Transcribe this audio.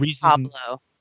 Pablo